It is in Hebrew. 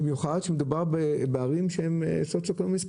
במיוחד כשמדובר בערים שהן סוציואקונומי 1